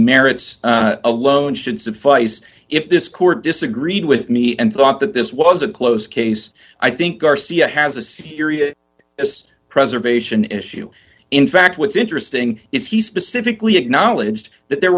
merits alone should suffice if this court disagreed with me and thought that this was a close case i think garcia has a serious it's preservation issue in fact what's interesting is he specifically acknowledged that there